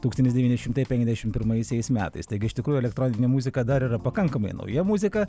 tūkstantis devyni šimtai penkiasdešimt pirmaisiais metais taigi iš tikrųjų elektroninė muzika dar yra pakankamai nauja muzika